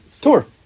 Tour